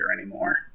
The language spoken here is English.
anymore